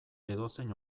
edozein